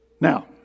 Now